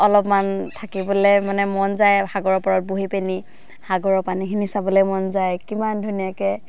অলপমান থাকিবলৈ মানে মন যায় সাগৰৰ পাৰত বহি পিনি সাগৰৰ পানীখিনি চাবলৈ মন যায় কিমান ধুনীয়াকৈ